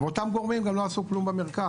אבל אותם גורמים גם לא עשו כלום במרכז,